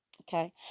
Okay